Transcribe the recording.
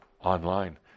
online